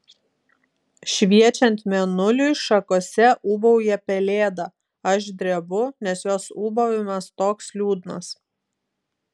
šviečiant mėnuliui šakose ūbauja pelėda aš drebu nes jos ūbavimas toks liūdnas